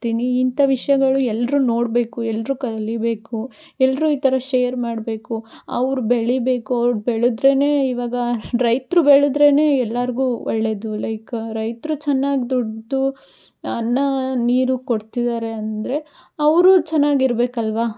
ತೀನಿ ಇಂಥ ವಿಷಯಗಳು ಎಲ್ಲರೂ ನೋಡಬೇಕು ಎಲ್ಲರೂ ಕಲಿಯಬೇಕು ಎಲ್ಲರೂ ಈ ಥರ ಶೇರ್ ಮಾಡಬೇಕು ಅವ್ರು ಬೆಳಿಬೇಕು ಅವ್ರು ಬೆಳೆದ್ರೇನೇ ಇವಾಗ ರೈತರು ಬೆಳೆದ್ರೇನೇ ಎಲ್ಲರ್ಗು ಒಳ್ಳೆಯದು ಲೈಕ್ ರೈತರು ಚೆನ್ನಾಗಿ ದುಡಿದು ಅನ್ನ ನೀರು ಕೊಡ್ತಿದ್ದಾರೆ ಅಂದರೆ ಅವರೂ ಚೆನ್ನಾಗಿರ್ಬೇಕಲ್ವಾ